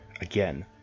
again